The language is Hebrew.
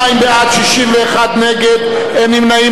22 בעד, 61 נגד, אין נמנעים.